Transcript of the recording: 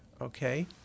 Okay